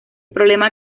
problema